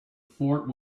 fort